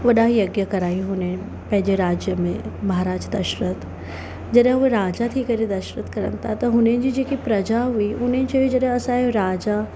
वॾा यज्ञ करायांइ हुननि पंहिंजे राज्य में महाराज दशरथ जॾहिं हूअ राजा थी करे दर्शन करनि था त हुन जी जेकी प्रजा हुई उन जे जॾहिं असांजो राजा